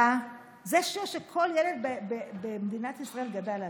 זה שיר שכל ילד במדינת ישראל גדל עליו,